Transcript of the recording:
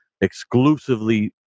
exclusively